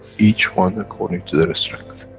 each one according to their strength.